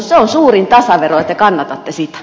se on suurin tasavero ja te kannatatte sitä